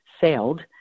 sailed